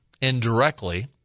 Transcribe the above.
indirectly